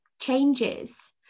changes